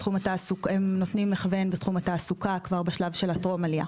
הם נותנים מכוון בתחום התעסוקה כבר בשלב של הטרום עלייה.